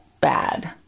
bad